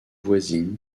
voisines